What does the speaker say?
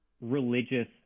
religious